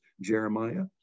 Jeremiah